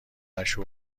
نشه